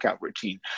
routine